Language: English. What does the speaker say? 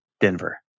Denver